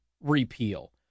repeal